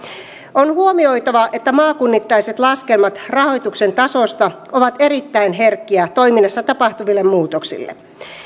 on huomioitava että maakunnittaiset laskelmat rahoituksen tasosta ovat erittäin herkkiä toiminnassa tapahtuville muutoksille